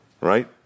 Right